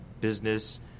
business